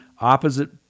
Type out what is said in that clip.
opposite